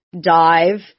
dive